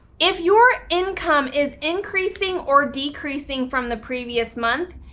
if you're income is increasing or decreasing from the previous month,